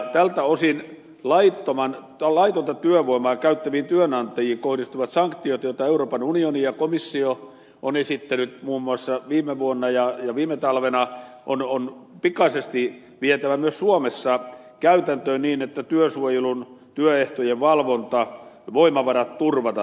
tältä osin laitonta työvoimaa käyttäviin työnantajiin kohdistuvat sanktiot joita euroopan unioni ja komissio on esittänyt muun muassa viime vuonna ja viime talvena on pikaisesti vietävä myös suomessa käytäntöön niin että työsuojelun työehtojen valvonta ja voimavarat turvataan